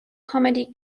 comedy